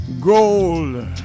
gold